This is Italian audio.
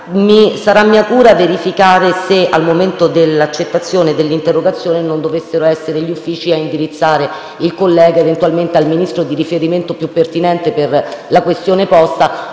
Sarà mia cura verificare se, al momento dell'accettazione dell'interrogazione, non dovessero essere gli Uffici a indirizzare eventualmente l'interrogazione al Ministro di riferimento più pertinente per la questione posta,